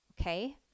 okay